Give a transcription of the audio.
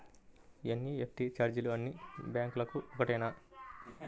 NEFT ఛార్జీలు అన్నీ బ్యాంక్లకూ ఒకటేనా?